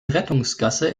rettungsgasse